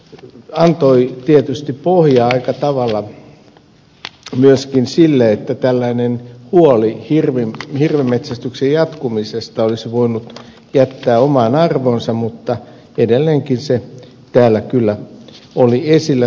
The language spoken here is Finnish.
se antoi tietysti pohjaa aika tavalla myöskin sille että tällaisen huolen hirvenmetsästyksen jatkumisesta olisi voinut jättää omaan arvoonsa mutta edelleenkin se täällä kyllä oli esillä